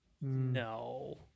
No